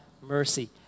mercy